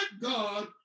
God